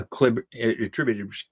Attributed